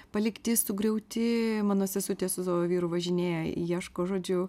palikti sugriauti mano sesutė su savo vyru važinėja ieško žodžiu